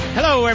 Hello